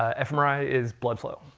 fmri is blood flow.